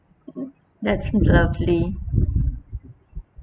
mm that's lovely